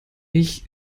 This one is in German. ich